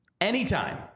anytime